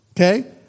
Okay